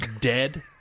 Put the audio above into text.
dead